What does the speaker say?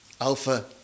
Alpha